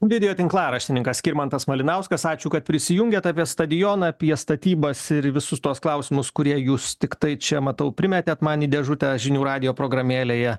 video tinklaraštininkas skirmantas malinauskas ačiū kad prisijungėt apie stadioną apie statybas ir visus tuos klausimus kurie jūs tiktai čia matau primetėt man į dėžutę žinių radijo programėlėje